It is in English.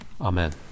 Amen